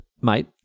mate